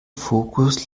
fokus